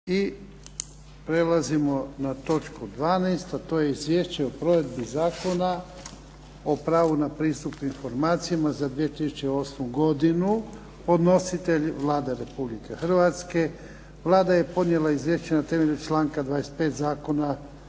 I prelazimo na točku 12, a to je - Izvješće o provedbi Zakona o pravu na pristup informacijama za 2008. godinu Podnositelj je Vlada Republike Hrvatske. Vlada je podnijela izvješće na temelju članka 25. Zakona